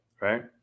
right